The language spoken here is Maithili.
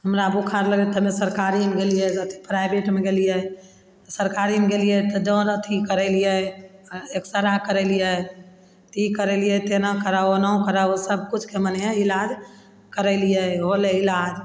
हमरा बोखार लागलय तऽ हम्मे सरकारीमे गेलिये प्राइवेटमे गेलिये सरकारीमे गेलियै तऽ डर अथी करेलियै एक्सरे करेलियै तऽ ई करेलियै तऽ एना कराउ ओना कराउ सबकिछुके मने इलाज करेलिये होलय इलाज